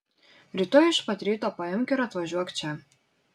rytoj iš pat ryto paimk ir atvažiuok čia